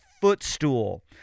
footstool